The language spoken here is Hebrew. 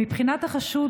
מבחינת החשוד,